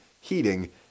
Heating